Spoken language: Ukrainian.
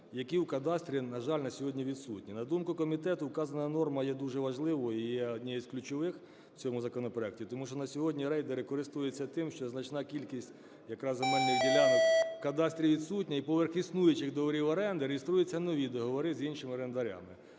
які у кадастрі, на жаль, на сьогодні відсутні. На думку комітету, вказана норма є дуже важливою і є однією з ключових в цьому законопроекті. Тому що на сьогодні рейдери користуються тим, що значна кількість якраз земельних ділянок в кадастрі відсутня, і поверх існуючих договорів оренди реєструються нові договори з іншими орендарями.